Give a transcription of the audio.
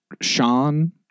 Sean